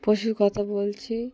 পশুর কথা বলছি